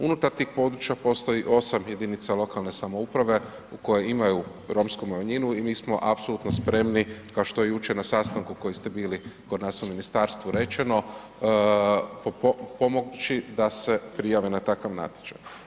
Unutar tih područja postoji 8 jedinica lokalne samouprave u kojima imaju romsku manjinu i mi smo apsolutno spremni kao što je jučer na sastanku na kojem ste bili kod nas u ministarstvu rečeno, pomoći da se prijavi na takav natječaj.